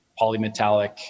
polymetallic